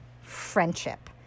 friendship